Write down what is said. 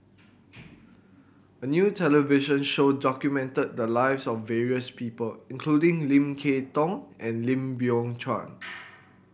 a new television show documented the lives of various people including Lim Kay Tong and Lim Biow Chuan